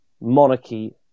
monarchy